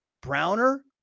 Browner